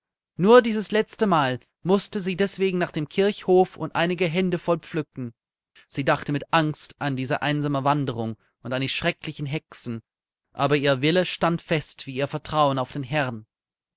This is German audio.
nur dieses letzte mal mußte sie deswegen nach dem kirchhof und einige hände voll pflücken sie dachte mit angst an diese einsame wanderung und an die schrecklichen hexen aber ihr wille stand fest wie ihr vertrauen auf den herrn